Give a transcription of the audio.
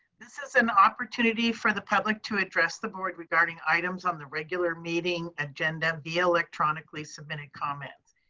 this is an opportunity for the public to address the board regarding items on the regular meeting agenda via electronically submitted comments.